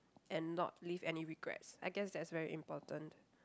and not leave any regrets I guess that's very important